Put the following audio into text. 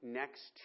next